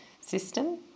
system